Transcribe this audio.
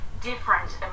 different